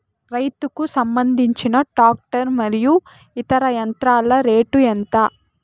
రైతుకు సంబంధించిన టాక్టర్ మరియు ఇతర యంత్రాల రేటు ఎంత?